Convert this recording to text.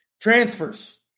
Transfers